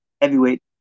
heavyweight